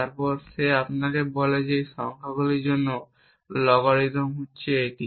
তারপর সে আপনাকে বলে যে এই সংখ্যাটির জন্য লগারিদমটি হল এটি